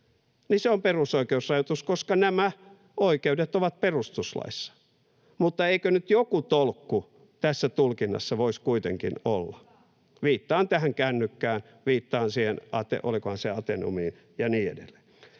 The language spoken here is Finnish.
se on perusoikeusrajoitus, koska nämä oikeudet ovat perustuslaissa, mutta eikö nyt joku tolkku tässä tulkinnassa voisi kuitenkin olla? Viittaan tähän kännykkään, viittaan siihen, olikohan se, Ateneumiin ja niin edelleen.